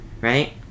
right